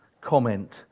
comment